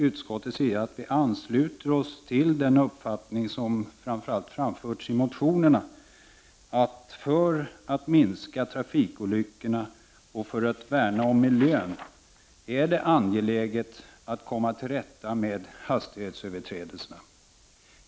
Utskottet ansluter sig till den uppfattning som framförs i motionerna, att det för att minska trafikolyckorna och för att värna om miljön är angeläget att komma till rätta med hastighetsöverträdelserna.